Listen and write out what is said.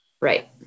Right